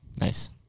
Nice